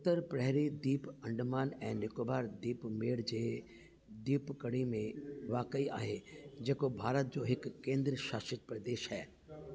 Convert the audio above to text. उत्तर प्रहरी दीप अंडमान ऐं निकोबार दीप मेड़ जे दीप कड़ी में वाक़ई आहे जेको भारत जो हिकु केंद्र शासित प्रदेश है